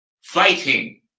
Fighting